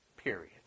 Period